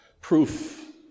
proof